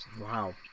Wow